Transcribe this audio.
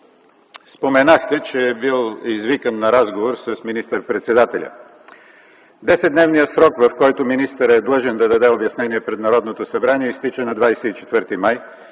споменахте, че е бил извикан на разговор с министър-председателя. Десетдневният срок, в който министърът е длъжен да даде обяснение пред Народното събрание, изтича на 24 май